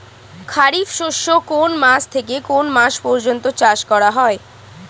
খারিফ শস্য কোন মাস থেকে কোন মাস পর্যন্ত চাষ করা হয়?